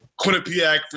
Quinnipiac